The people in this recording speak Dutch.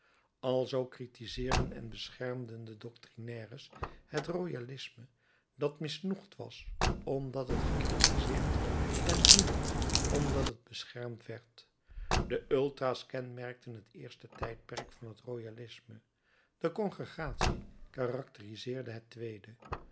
alzoo critiseerden en beschermden de doctrinaires het royalisme dat misnoegd was omdat het gecritiseerd en woedend omdat het beschermd werd de ultra's kenmerkten het eerste tijdperk van het royalisme de congregatie karakteriseerde het tweede